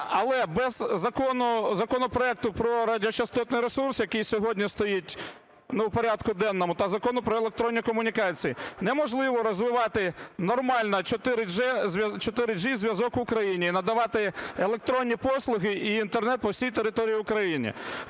Але без закону, законопроекту про радіочастотний ресурс, який сьогодні стоїть у порядку денному, та Закону про електронні комунікації неможливо розвивати нормально 4G зв'язок в Україні і надавати електронні послуги і Інтернет по всій території України.